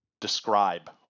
describe